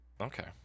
Okay